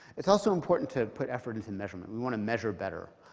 it's also important to put effort into measurement. we want to measure better.